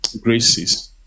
graces